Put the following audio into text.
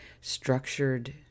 structured